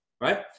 right